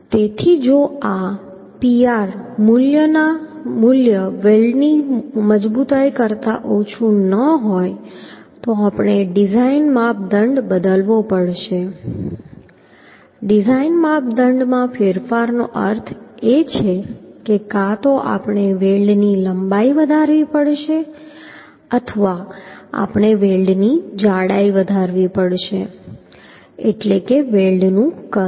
તેથી જો આ Pr મૂલ્ય વેલ્ડની મજબૂતાઈ કરતા ઓછું ન હોય તો આપણે ડિઝાઇન માપદંડ બદલવો પડશે ડિઝાઇન માપદંડમાં ફેરફારનો અર્થ એ છે કે કાં તો આપણે વેલ્ડની લંબાઈ વધારવી પડશે અથવા તો આપણે વેલ્ડની જાડાઈ વધારવી પડશે એટલે કે વેલ્ડનું કદ